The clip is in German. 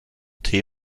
tee